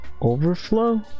Overflow